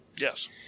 Yes